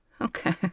Okay